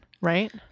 Right